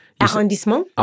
Arrondissement